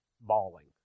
bawling